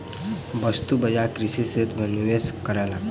वस्तु बजार कृषि क्षेत्र में निवेश कयलक